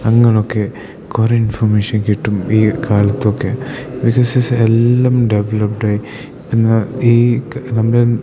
അങ്ങനൊക്കെ കുറെ ഇൻഫോർമേഷൻ കിട്ടും ഈ കാലത്തൊക്കെ ബിക്കോസ് ഇസ് എല്ലാം ഡെവലപ്ഡായി പിന്നെ ഈ ക നമ്മുടെ